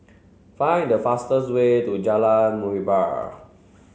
find the fastest way to Jalan Muhibbah